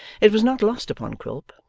it was not lost upon quilp,